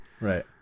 Right